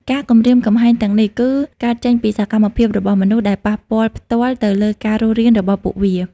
ការគំរាមកំហែងទាំងនេះ គឺកើតចេញពីសកម្មភាពរបស់មនុស្ស ដែលប៉ះពាល់ផ្ទាល់ទៅលើការរស់រានរបស់ពួកវា។